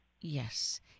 Yes